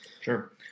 Sure